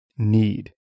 Need